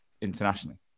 internationally